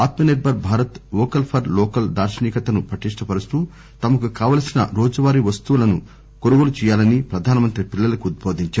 Atmanirbhar Bharat vocal for local దార్శనికతను పటిష్టపరుస్తూ తమకు కావలసిన రోజువారి వస్తువులను కోనుగోలుచేయాలని ప్రధానమంత్రి పిల్లలకు ఉద్బోదించారు